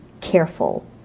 careful